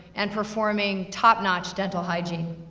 and performing topnotch dental hygiene.